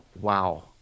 wow